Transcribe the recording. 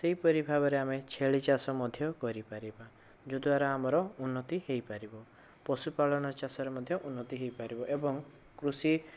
ସେହିପରି ଭାବରେ ଆମେ ଛେଳି ଚାଷ ମଧ୍ୟ କରିପାରିବା ଯଦ୍ଵାରା ଆମର ଉନ୍ନତି ହୋଇପାରିବ ପଶୁ ପାଳନ ଚାଷରେ ମଧ୍ୟ ଉନ୍ନତି ହୋଇପାରିବ ଏବଂ କୃଷି